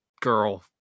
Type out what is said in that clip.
girl